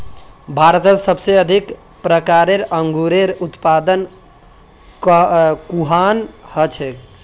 भारतत सबसे अधिक प्रकारेर अंगूरेर उत्पादन कुहान हछेक